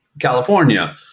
California